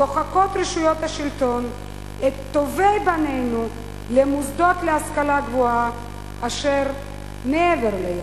דוחקות רשויות השלטון את טובי בנינו למוסדות להשכלה גבוהה אשר מעבר לים.